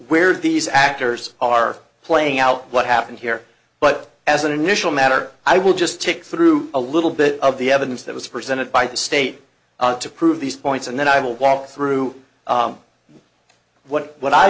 where these actors are playing out what happened here but as an initial matter i will just tick through a little bit of the evidence that was presented by the state to prove these points and then i will walk through what what i